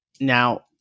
Now